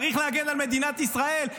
צריך להגן על מדינת ישראל.